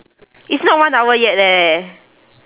it's not one hour yet leh